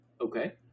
Okay